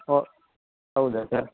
ಓ ಹೌದಾ ಸರ್